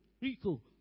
Rico